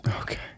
Okay